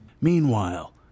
Meanwhile